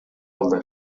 алды